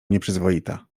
nieprzyzwoita